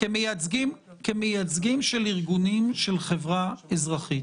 כמייצגים של ארגונים, של חברה אזרחית.